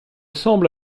semble